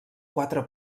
quatre